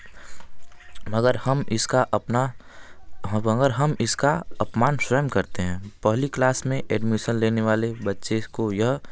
मगर हम इसका अपना हम मगर हम इसका अपमान स्वयं करते हैं पहली क्लास में एडमिशन लेने वाले बच्चे स को यह